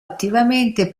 attivamente